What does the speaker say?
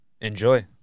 enjoy